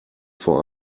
vor